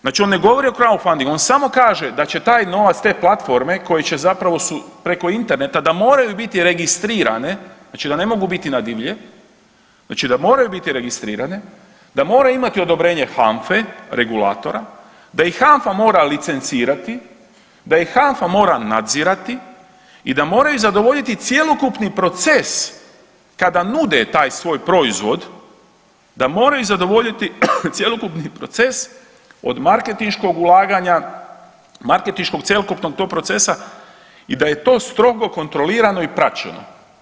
Znači on ne govori o crowdfundingu, on samo kaže da će taj novac, te platforme koje će zapravo su, preko interneta, da moraju biti registrirane, znači da ne mogu biti na divlje, znači da moraju biti registrirane, da moraju imati odobrenje HANFA-e, regulatora, da i HANFA mora licencirati, da i HANFA mora nadzirati i da moraju zadovoljiti cjelokupni proces kada nude taj svoj proizvod, da moraju zadovoljiti cjelokupni proces od marketinškog ulaganja, marketinškog cjelokupnog tog procesa i da je to strogo kontrolirano i praćeno.